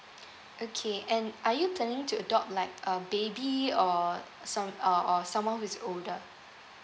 okay and are you planning to adopt like a baby or some~ uh or someone who is older